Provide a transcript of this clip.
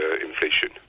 inflation